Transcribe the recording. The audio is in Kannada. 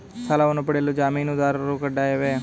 ಸಾಲವನ್ನು ಪಡೆಯಲು ಜಾಮೀನುದಾರರು ಕಡ್ಡಾಯವೇ?